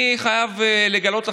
אני חייב לגלות לכם,